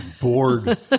bored